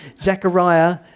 Zechariah